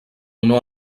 honor